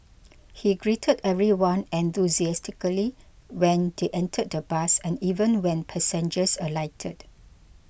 he greeted everyone enthusiastically when they entered the bus and even when passengers alighted